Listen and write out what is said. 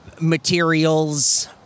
Materials